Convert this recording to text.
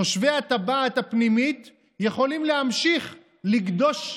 תושבי הטבעת הפנימית יכולים להמשיך לגדוש,